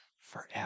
forever